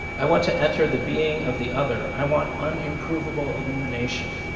i want to enter the being of the other. i want unimprovable illumination.